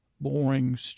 boring